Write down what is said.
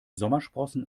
sommersprossen